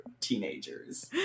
teenagers